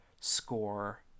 score